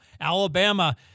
Alabama